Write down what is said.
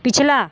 पिछला